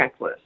checklist